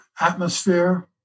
atmosphere